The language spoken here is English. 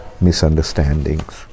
misunderstandings